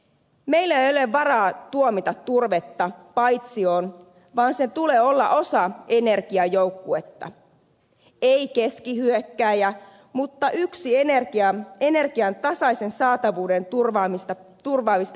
meillä ei ole varaa tuomita turvetta paitsioon vaan sen tulee olla osa energiajoukkuetta ei keskihyökkääjä mutta yksi energian tasaisen saatavuuden turvaavista puolustajista